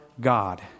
God